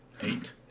Eight